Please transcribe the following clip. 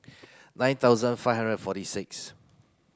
nine thousand five hundred and forty six